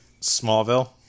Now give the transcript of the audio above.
Smallville